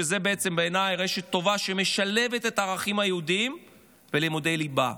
שזו בעצם בעיניי רשת טובה שמשלבת את הערכים היהודיים ולימודי ליבה.